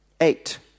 Eight